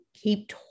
keep